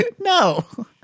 No